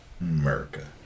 America